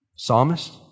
Psalmist